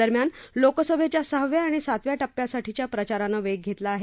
दरम्यान लोकसभेच्या सहाव्या आणि सातव्या टप्प्यासाठीच्या प्रचारानं वेग घेतला आहे